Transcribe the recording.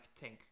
tank